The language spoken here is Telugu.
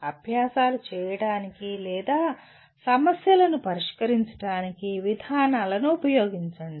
అభ్యాసాలు చేయడానికి లేదా సమస్యలను పరిష్కరించడానికి విధానాలను ఉపయోగించండి